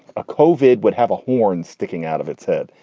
a kovil would have a horn sticking out of its head.